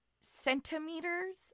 centimeters